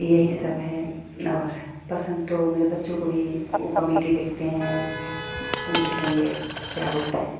यही सब है और पसंद तो मेरे बच्चों को भी वो कमेडी देखते हैं वो देखेंगे क्या बोलते हैं